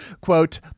quote